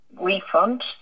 refund